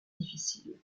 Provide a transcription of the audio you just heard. difficile